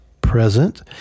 present